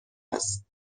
است